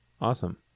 awesome